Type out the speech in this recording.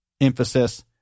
emphasis